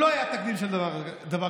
לא היה תקדים של דבר כזה,